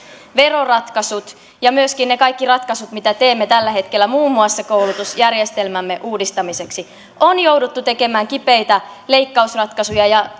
veroratkaisut ja myöskin ne kaikki ratkaisut mitä teemme tällä hetkellä muun muassa koulutusjärjestelmämme uudistamiseksi on jouduttu tekemään kipeitä leikkausratkaisuja ja ja